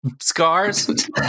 scars